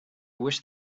wish